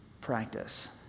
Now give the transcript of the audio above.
practice